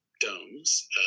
domes